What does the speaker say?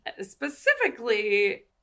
Specifically